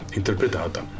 interpretata